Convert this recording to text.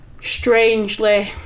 strangely